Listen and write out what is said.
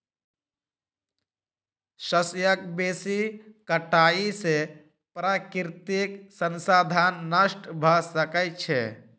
शस्यक बेसी कटाई से प्राकृतिक संसाधन नष्ट भ सकै छै